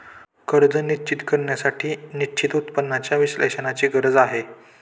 कर्ज निश्चित करण्यासाठी निश्चित उत्पन्नाच्या विश्लेषणाची गरज आहे